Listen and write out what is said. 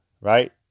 right